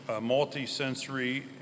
multi-sensory